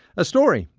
a story,